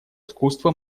искусство